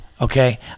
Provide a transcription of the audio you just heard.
Okay